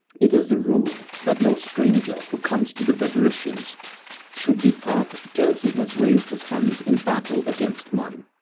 it is the rule that no stranger who comes to the bebrycians should depart till he has raised his hands in battle against mine.